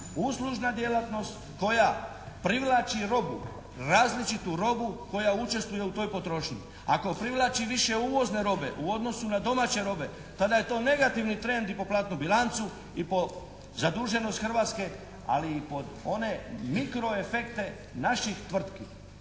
uslužna djelatnost koja privlači robu različitu robu koja učestvuje u toj potrošnji. Ako privlači više uvozne robe u odnosu na domaće robe, tada je to negativni trend i po platnu bilancu i po zaduženost Hrvatske, ali i pod one mikroefekte naših tvrtki.